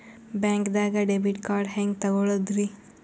ಬ್ಯಾಂಕ್ದಾಗ debit card ಹೆಂಗ್ ತಗೊಳದ್ರಿ?